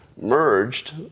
merged